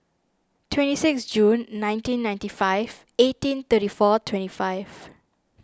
twenty sixth June nineteen ninety five eighteen thirty four twenty five